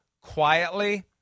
quietly